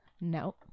No